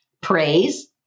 praise